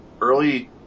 early